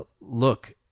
look